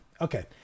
Okay